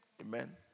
Amen